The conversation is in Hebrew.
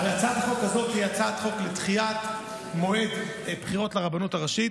הרי הצעת החוק הזאת היא הצעת חוק לדחיית מועד הבחירות לרבנות הראשית.